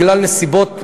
בגלל נסיבות,